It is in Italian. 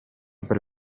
per